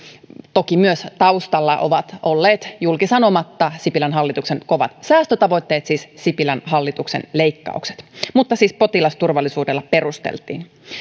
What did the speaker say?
toki myös taustalla ovat olleet julki sanomatta sipilän hallituksen kovat säästötavoitteet siis sipilän hallituksen leikkaukset mutta siis potilasturvallisuudella perusteltiin